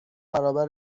برابر